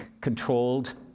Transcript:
controlled